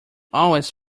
always